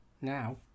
now